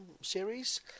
series